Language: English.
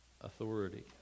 authority